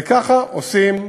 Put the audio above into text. וככה עושים,